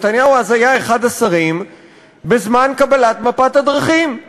נתניהו היה אחד השרים בזמן קבלת מפת הדרכים.